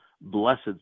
blessed